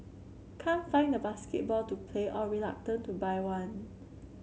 can't find a basketball to play or reluctant to buy one